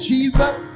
Jesus